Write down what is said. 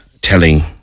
telling